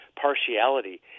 partiality